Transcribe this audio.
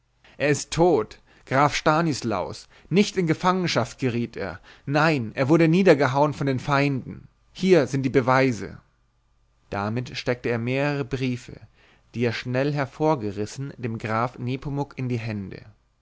er ist tot graf stanislaus nicht in gefangenschaft geriet er nein er wurde niedergehauen von den feinden hier sind die beweise damit steckte er mehrere briefe die er schnell hervorgerissen dem grafen nepomuk in die hände